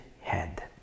head